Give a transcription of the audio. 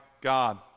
God